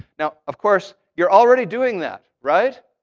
now, of course, you're already doing that, right?